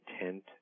intent